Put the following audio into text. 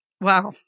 Wow